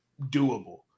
doable